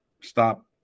stop